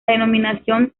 denominación